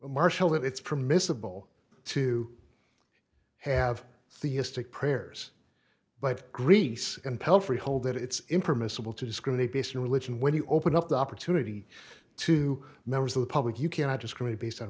marshall that it's permissible to have theistic prayers but greece and pelfrey hold that it's impermissible to discriminate based on religion when you open up the opportunity to members of the public you cannot discriminate based on